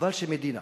וחבל שמדינה